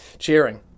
cheering